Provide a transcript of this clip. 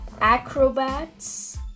acrobats